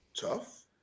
tough